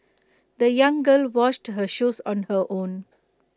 the young girl washed her shoes on her own